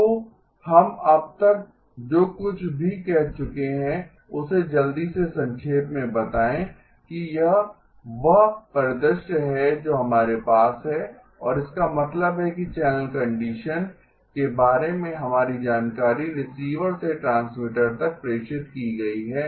तो हम अब तक जो कुछ भी कह चुके हैं उसे जल्दी से संक्षेप में बताएं कि यह वह परिदृश्य है जो हमारे पास है और इसका मतलब है कि चैनल कंडीशन के बारे में हमारी जानकारी रिसीवर से ट्रांसमीटर तक प्रेषित की गई है